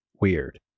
weird